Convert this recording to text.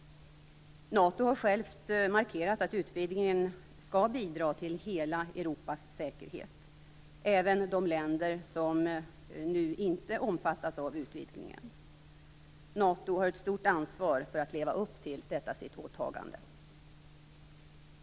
NATO har självt markerat att utvidgningen skall bidra till hela Europas säkerhet - även vad gäller de länder som nu inte omfattas av utvidgningen. NATO har ett stort ansvar för att leva upp till detta sitt åtagande.